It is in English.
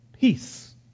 peace